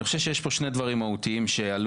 אני חושב שיש פה שני דברים מהותיים שעלו,